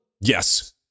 yes